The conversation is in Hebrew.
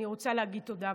אני רוצה להגיד תודה.